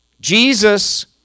Jesus